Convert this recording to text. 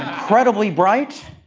incredibly bright,